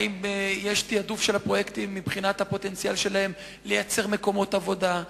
האם יש תעדוף של הפרויקטים מבחינת הפוטנציאל שלהם לייצר מקומות עבודה,